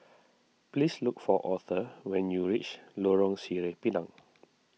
please look for Author when you reach Lorong Sireh Pinang